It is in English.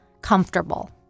comfortable